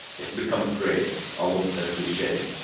it's become a phrase, almost a cliche.